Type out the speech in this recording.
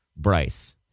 Bryce